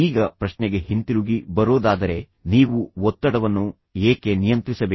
ಈಗ ಪ್ರಶ್ನೆಗೆ ಹಿಂತಿರುಗಿ ಬರೋದಾದರೆ ನೀವು ಒತ್ತಡವನ್ನು ಏಕೆ ನಿಯಂತ್ರಿಸಬೇಕು